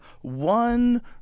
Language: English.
one